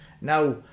Now